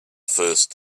first